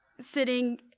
sitting